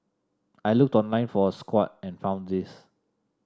I looked online for a squat and found this